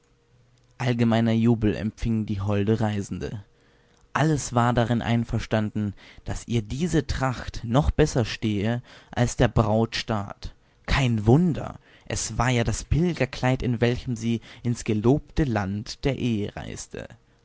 allgemeiner jubel empfing die holde reisende alles war darin einverstanden daß ihr diese tracht noch besser stehe als der brautstaat kein wunder es war ja das pilgerkleid in welchem sie ins gelobte land der ehe reiste